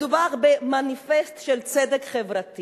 מדובר במניפסט של צדק חברתי